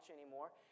anymore